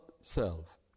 self